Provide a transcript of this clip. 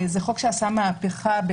זה חוק שעשה מהפכה,